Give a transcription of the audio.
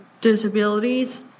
disabilities